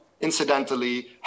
incidentally